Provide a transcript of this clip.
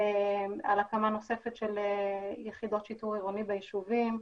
על הקמה נוספת של יחידות שיטור עירוני ביישובים,